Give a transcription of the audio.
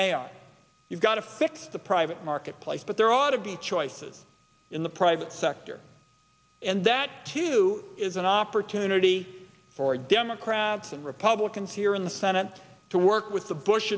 are you've got to fix the private marketplace but there ought to be choices in the private sector and that too is an opportunity for democrats and republicans here in the senate to work with the bush